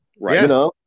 Right